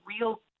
real